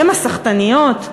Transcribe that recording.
הן הסחטניות.